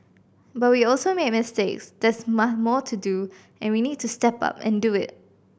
but we also made mistakes there's more to do and we need to step up and do it